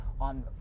On